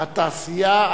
התעשייה,